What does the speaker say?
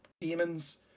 demons